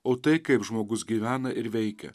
o tai kaip žmogus gyvena ir veikia